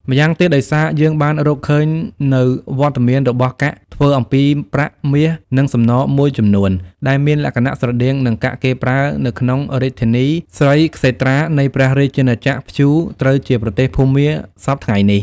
ម្យ៉ាងទៀត ដោយសារយើងបានរកឃើញនូវវត្តមានរបស់កាក់ ធ្វើអំពីប្រាក់ មាស និង សំណមួយចំនួន ដែលមានលក្ខណៈស្រដៀងនឹងកាក់គេប្រើនៅក្នុងរាជធានី ស្រីក្សេត្រា នៃព្រះរាជាណាចក្រ ព្យូ ត្រូវជាប្រទេសភូមាសព្វថ្ងៃនេះ ។